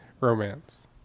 Romance